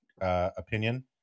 opinion